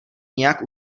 nějak